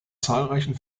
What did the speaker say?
zahlreichen